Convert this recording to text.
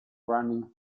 running